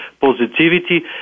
positivity